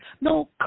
no